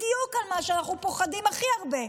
בדיוק על מה שאנחנו פוחדים הכי הרבה.